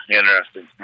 interesting